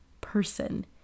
person